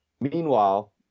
Meanwhile